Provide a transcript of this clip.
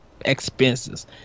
expenses